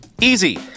Easy